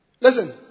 Listen